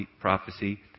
prophecy